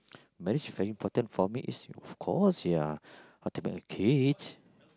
marriage very important for me it's of course ya how to make uh kids